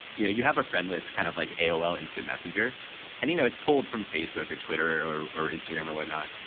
you know, you have a friend list, kind of like aol instant messenger and you know, it's pulled from facebook or twitter or or instagram or whatnot.